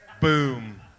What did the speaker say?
Boom